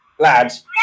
Lads